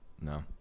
No